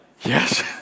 Yes